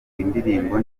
indirimbo